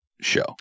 show